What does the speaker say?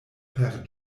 per